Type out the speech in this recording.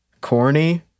corny